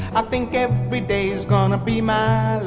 i think every day is gonna be my